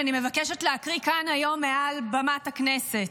שאני מבקשת להקריא כאן היום מעל בימת הכנסת: